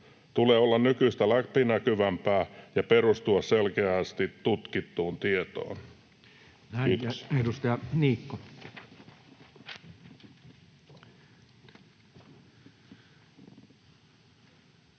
tulee olla nykyistä läpinäkyvämpää ja perustua selkeästi tutkittuun tietoon.” — Kiitos.